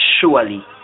surely